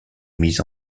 mis